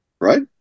Right